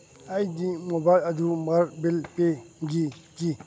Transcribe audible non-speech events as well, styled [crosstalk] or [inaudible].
ꯑꯩꯒꯤ ꯃꯣꯕꯥꯏꯜ ꯑꯗꯨ [unintelligible] ꯕꯤꯜ ꯄꯦꯒꯤ [unintelligible]